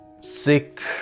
sick